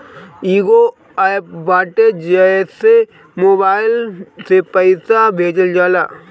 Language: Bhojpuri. कईगो एप्प बाटे जेसे मोबाईल से पईसा भेजल जाला